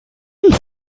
nicht